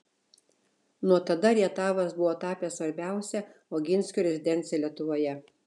nuo tada rietavas buvo tapęs svarbiausia oginskių rezidencija lietuvoje